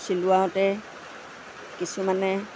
চিলোৱাওতে কিছুমানে